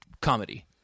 Comedy